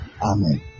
Amen